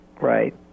right